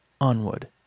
onward